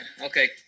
Okay